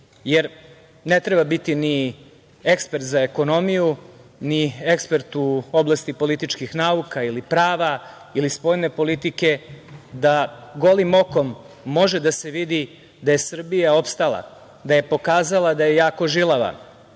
jer ne treba biti ni ekspert za ekonomiju, ni ekspert u oblasti političkih nauka ili prava ili spoljne politike, da golim okom može da se vidi da je Srbija opstala, da je pokazala da je jako žilava,